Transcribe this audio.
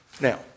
Now